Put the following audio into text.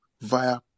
via